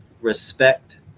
respect